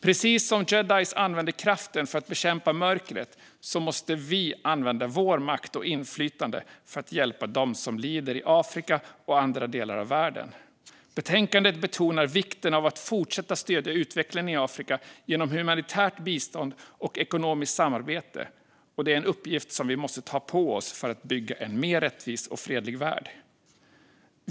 Precis som Jedis använde kraften för att bekämpa mörkret, så måste vi använda vår makt och inflytande för att hjälpa de som lider i Afrika och andra delar av världen. Betänkandet betonar vikten av att fortsätta stödja utvecklingen i Afrika genom humanitärt bistånd och ekonomiskt samarbete, och det är en uppgift som vi måste ta på oss för att bygga en mer rättvis och fredlig värld.